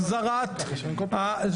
--- המלך דוד --- לזה,